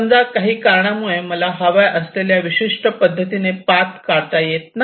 समजा काही कारणामुळे मला हव्या असलेल्या विशिष्ट पद्धतीने पाथ काढता येत नाही